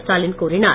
ஸ்டாலின் கூறினார்